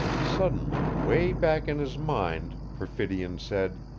suddenly, way back in his mind, perfidion said,